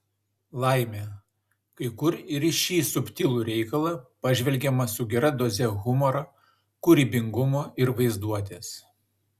laimė kai kur ir į šį subtilų reikalą pažvelgiama su gera doze humoro kūrybingumo ir vaizduotės